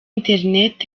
internet